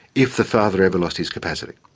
if the father ever lost his capacity.